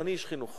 אני איש חינוך.